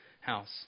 house